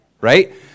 right